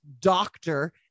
doctor